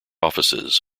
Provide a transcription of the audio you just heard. offices